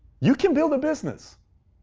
you can build a business.